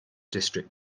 district